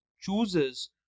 chooses